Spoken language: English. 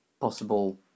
possible